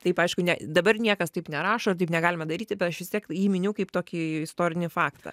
taip aišku ne dabar niekas taip nerašo ir taip negalima daryti bet aš vis tiek jį miniu kaip tokį istorinį faktą